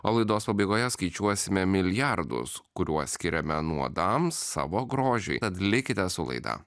o laidos pabaigoje skaičiuosime milijardus kuriuos skiriame nuodams savo grožiui tad likite su laida